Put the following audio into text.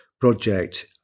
project